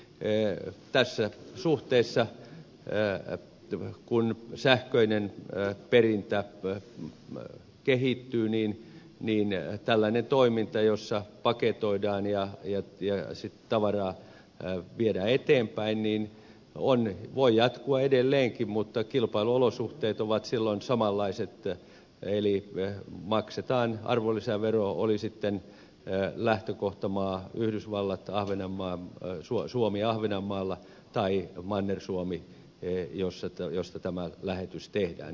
eli tässä suhteessa kun sähköinen perintä kehittyy tällainen toiminta jossa paketoidaan ja viedään tavaraa eteenpäin voi jatkua edelleenkin mutta kilpailuolosuhteet ovat silloin samanlaiset eli maksetaan arvonlisävero oli sitten lähtökohtamaa josta tämä lähetys tehdään yhdysvallat suomi ahvenanmaalla tai manner suomi ei osata josta tämä lähetys tehdään